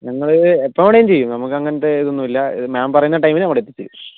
ഞങ്ങളിത് എപ്പവേണേങ്കി ചെയ്യും നമുക്കങ്ങനത്തെ ഇതൊന്നുല്ലാ മാം പറയുന്ന ടൈമിന് അവിടെ എത്തിച്ചരും